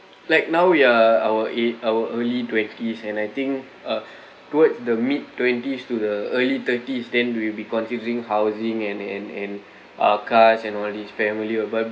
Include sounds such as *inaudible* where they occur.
like now we are our age our early twenties and I think uh *breath* towards the mid twenties to the early thirties then we'll be considering housing and and and uh cars and these family above